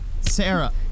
Sarah